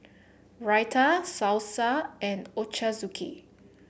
Raita Salsa and Ochazuke